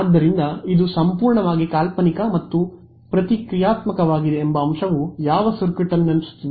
ಆದ್ದರಿಂದ ಇದು ಸಂಪೂರ್ಣವಾಗಿ ಕಾಲ್ಪನಿಕ ಮತ್ತು ಪ್ರತಿಕ್ರಿಯಾತ್ಮಕವಾಗಿದೆ ಎಂಬ ಅಂಶವು ಯಾವ ಸರ್ಕ್ಯೂಟ್ ಅಂಶವನ್ನು ನೆನಪಿಸುತ್ತದೆ